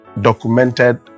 documented